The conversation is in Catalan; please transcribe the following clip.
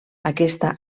aquesta